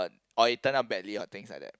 or it turn out badly or things like that